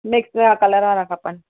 mix जा colour वारा खपनि